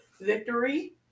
victory